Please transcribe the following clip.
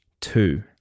two